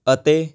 ਅਤੇ